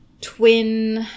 twin